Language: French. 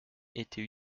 était